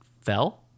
fell